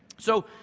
so